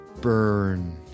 burn